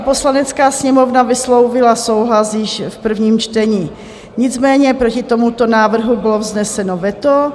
Poslanecká sněmovna vyslovila souhlas již v prvním čtení, nicméně proti tomuto návrhu bylo vzneseno veto.